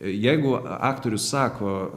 jeigu aktorius sako